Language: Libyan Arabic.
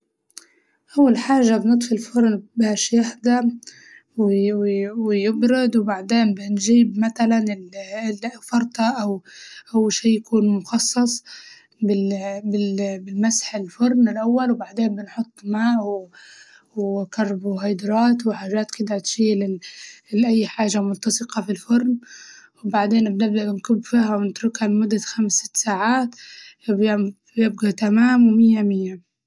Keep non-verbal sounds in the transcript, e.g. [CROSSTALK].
أول حاجة بنطفي الفرن باش يهدا وي- وي- ويبرد وبعدين بنجيب متلاً ال- ال- [HESITATION] فوطة أو شي يكون مخصص بال- [HESITATION] بال- بالمسح الفرن الأول، وبعدين بنحط ماء و وكربوهيدرات وحاجات كدة تشيل ال- الأي حاجة الملتصقة في الفرن، وبعدين نبدا نكب فيها ونتركها لمدة خمس ست ساعات يبم- يبقى تمام مئة مئة.